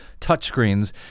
touchscreens